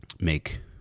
make